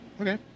Okay